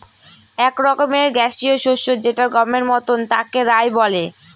এক রকমের গ্যাসীয় শস্য যেটা গমের মতন তাকে রায় বলে